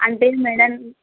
అంటే మేడం